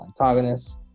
antagonists